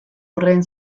horren